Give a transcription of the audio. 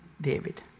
David